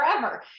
forever